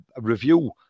review